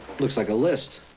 looks like a list.